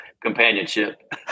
Companionship